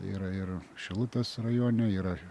yra ir šilutės rajone yra